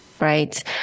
right